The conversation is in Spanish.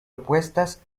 opuestas